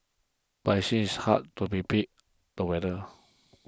but it seems it's hard to be beat the weather